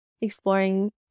Exploring